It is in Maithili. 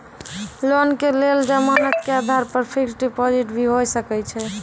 लोन के लेल जमानत के आधार पर फिक्स्ड डिपोजिट भी होय सके छै?